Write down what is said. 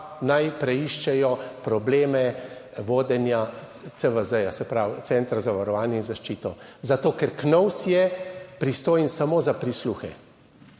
naj preiščejo probleme vodenja CVZ, se pravi Centra za varovanje in zaščito, zato ker KNOVS je pristojen samo za prisluhe.